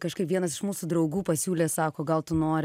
kažkaip vienas iš mūsų draugų pasiūlė sako gal tu nori